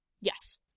Yes